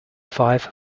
five